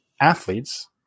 athletes